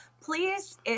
please